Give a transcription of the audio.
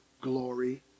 glory